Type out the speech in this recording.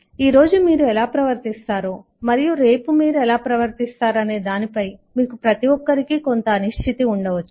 ఈ రోజు మీరు ఎలా ప్రవర్తిస్తారో మరియు రేపు మీరు ఎలా ప్రవర్తిస్తారనే దానిపై మీకు ప్రతి ఒక్కరికి కొంత అనిశ్చితి ఉండవచ్చు